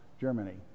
Germany